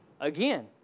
Again